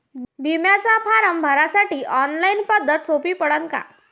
बिम्याचा फारम भरासाठी ऑनलाईन पद्धत सोपी पडन का?